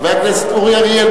חבר הכנסת אורי אריאל,